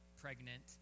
pregnant